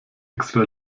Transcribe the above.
extra